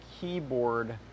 keyboard